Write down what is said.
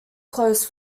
close